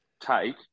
take